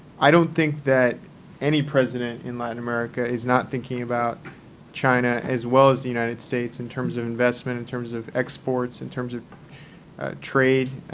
i don't think that any president in latin america is not thinking about china, as well as the united states, in terms of investment, in terms of exports, in terms of trade.